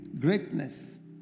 greatness